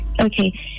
Okay